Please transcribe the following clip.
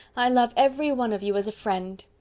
i love every one of you as a friend.